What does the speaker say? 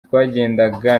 twagendaga